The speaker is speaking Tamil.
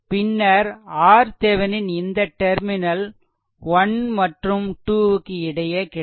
பின்னர் RThevenin இந்த டெர்மினல் 1 மற்றும் 2 க்கு இடையே கிடைக்கும்